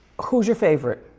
who's your favorite?